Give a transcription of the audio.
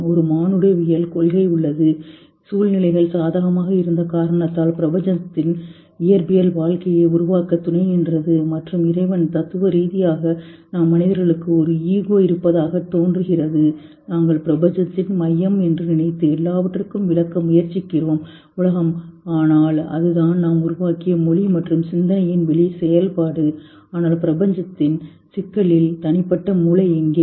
ஒரு மானுடவியல் கொள்கை உள்ளது சூழ்நிலைகள் சாதகமாக உள்ளன பிரபஞ்சத்தின் இயற்பியல் வாழ்க்கையை உருவாக்க விரும்பியது மற்றும் இறைவன் தத்துவ ரீதியாக நாம் மனிதர்களுக்கு ஒரு ஈகோ இருப்பதாகத் தோன்றுகிறது நாங்கள் பிரபஞ்சத்தின் மையம் என்று நினைத்து எல்லாவற்றையும் விளக்க முயற்சிக்கிறோம் உலகம் ஆனால் அதுதான் நாம் உருவாக்கிய மொழி மற்றும் சிந்தனையின் செயல்பாடு ஆனால் பிரபஞ்சத்தின் சிக்கலில் தனிப்பட்ட மூளை எங்கே